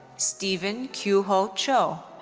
steven kyuho cho.